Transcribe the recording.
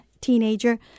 teenager